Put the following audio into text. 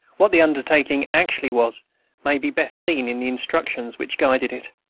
what the undertaking actually was may be best seen in the instructions which guided it.